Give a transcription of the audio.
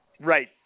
Right